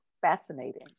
fascinating